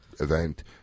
event